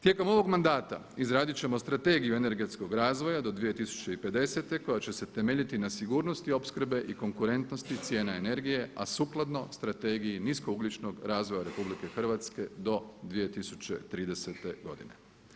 Tijekom ovog mandata izradit ćemo Strategiju energetskog razvoja do 2050. koja će se temeljiti na sigurnosti opskrbe i konkurentnosti cijena energije a sukladno Strategiji niskougljičnog razvoja Republike Hrvatske do 2030. godine.